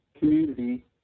community